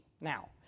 Now